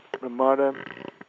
Ramada